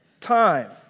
time